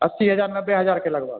अस्सी हजार नब्बे हजार के लगभग